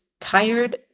tired